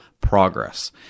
progress